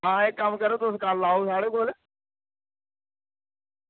हां इक्क कम्म करो तुस कल आओ साढ़े कोल